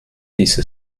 diese